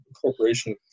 corporation